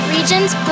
Regions